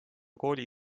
kooli